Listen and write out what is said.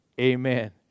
Amen